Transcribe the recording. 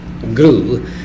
grew